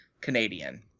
Canadian